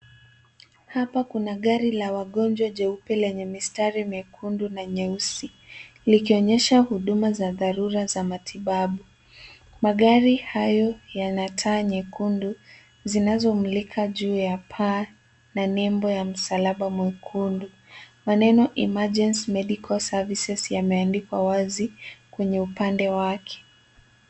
Hapa kuna gari la wagonjwa jeupe, lenye mistari miekundu na nyeusi, likionyesha huduma za dharura za matibabu. Magari hayo yana taa nyekundu, zinazomulika juu ya paa na nembo ya msalaba mwekundu. Maneno emergency medical services yameandikwa wazi kwenye upande wake.